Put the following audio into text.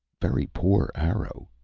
very poor arrow.